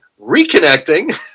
reconnecting